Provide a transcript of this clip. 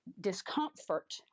discomfort